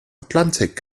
atlantik